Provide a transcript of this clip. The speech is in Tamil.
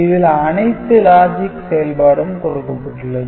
இதில் அனைத்து லாஜிக் செயல்பாடும் கொடுக்கப்பட்டுள்ளது